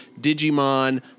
Digimon